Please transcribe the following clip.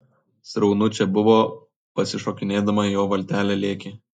sraunu čia buvo pasišokinėdama jo valtelė lėkė